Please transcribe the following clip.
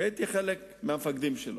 כי הייתי אחד המפקדים שלו,